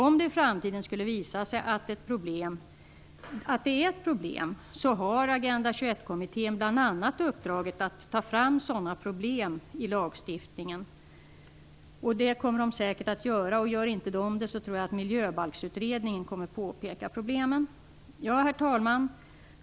Om det i framtiden skulle visa sig att det är ett problem kan det lösas genom att Agenda 21 kommittén bl.a. har uppdraget att ta fram sådana problem i lagstiftningen. Det kommer den säkert att göra, och gör inte den det så tror jag att Miljöbalksutredningen kommer att påpeka problemen. Herr talman!